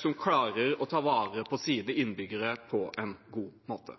som klarer å ta vare på sine innbyggere på en god måte.